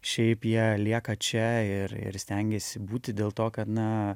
šiaip jie lieka čia ir ir stengiasi būti dėl to kad na